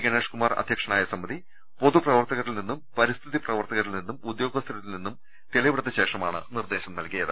ഗണേഷ്കുമാർ അധ്യക്ഷനായ സമിതി പൊതുപ്രവർത്തകരിൽ നിന്നും പരിസ്ഥിതി പ്രവർത്ത കരിൽ നിന്നും ഉദ്യോഗസ്ഥരിൽ നിന്നും തെളിവെടുത്തശേഷമാണ് ഈ നിർദ്ദേശം നൽകിയത്